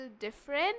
different